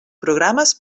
programes